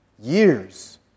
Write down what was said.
Years